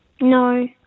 No